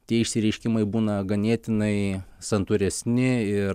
tie išsireiškimai būna ganėtinai santūresni ir